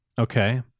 Okay